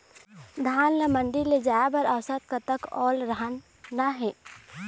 धान ला मंडी ले जाय बर औसत कतक ओल रहना हे?